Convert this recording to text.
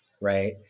right